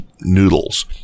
noodles